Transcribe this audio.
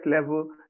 level